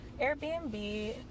Airbnb